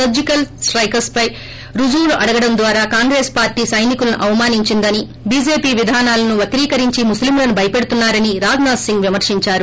surgical స్టెక్స్పై రుజువులు అడగడం ద్వారా కాంగ్రెస్ పార్టీ సైనికులను అవమానించిందని బీజేపీ విధానాలను వక్తీకరించి ముస్లింలను భయపెడుతున్నారని రాజ్నాథ్ సింగ్ విమర్హించారు